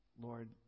Lord